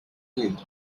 killed